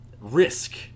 risk